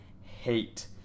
hate